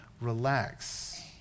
relax